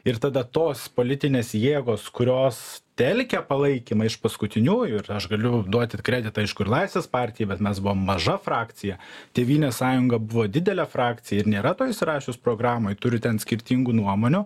ir tada tos politinės jėgos kurios telkia palaikymą iš paskutiniųjų ir aš galiu duoti kreditą aišku ir laisvės partijai bet mes buvom maža frakcija tėvynės sąjunga buvo didelė frakcija ir nėra to įsirašius programoj turiu ten skirtingų nuomonių